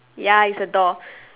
ya it's a door